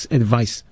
advice